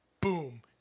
boom